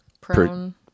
Prone